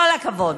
כל הכבוד.